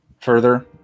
further